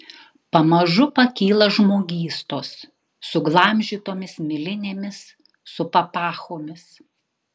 pamažu pakyla žmogystos suglamžytomis milinėmis su papachomis